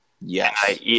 Yes